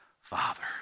Father